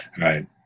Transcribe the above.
right